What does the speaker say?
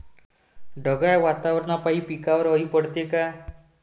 ढगाळ वातावरनापाई पिकावर अळी पडते का?